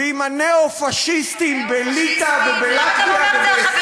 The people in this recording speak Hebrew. ועם הניאו-פאשיסטים בליטא ובלטביה, תראה מי החברים